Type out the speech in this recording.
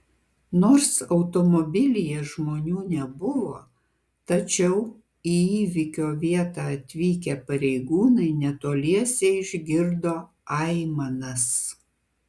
nors automobilyje žmonių nebuvo tačiau į įvykio vietą atvykę pareigūnai netoliese išgirdo aimanas